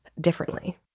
differently